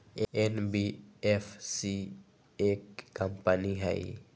NBFC एक company हई?